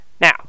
Now